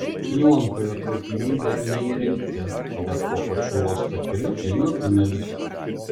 įlankoje traukiniai dar neįrengti bet po pačiu uosto keliu eina tunelis